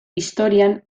historian